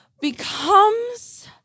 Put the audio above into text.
becomes